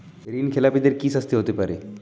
ঋণ খেলাপিদের কি শাস্তি হতে পারে?